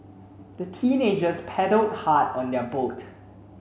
the teenagers paddled hard on their boat